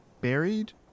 buried